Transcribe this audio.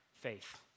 faith